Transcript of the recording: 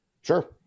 Sure